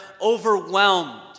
overwhelmed